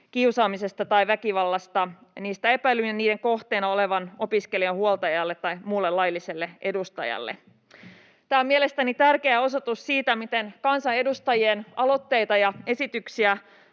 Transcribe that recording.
kiusaamisesta tai väkivallasta niistä epäillyn ja niiden kohteena olevan opiskelijan huoltajalle tai muulle lailliselle edustajalle. Tämä on mielestäni tärkeä osoitus siitä, miten kansanedustajien aloitteita ja esityksiä